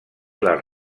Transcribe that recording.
les